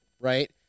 Right